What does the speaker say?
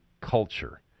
culture